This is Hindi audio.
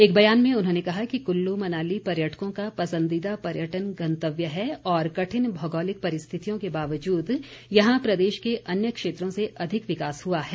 एक बयान में उन्होंने कहा कि कुल्लू मनाली पर्यटकों का पसंदीदा पर्यटन गंतव्य है और कठिन भौगोलिक परिस्थितियों के बावजूद यहां प्रदेश के अन्य क्षेत्रों से अधिक विकास हुआ है